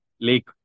lake